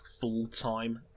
full-time